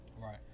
Right